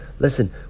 Listen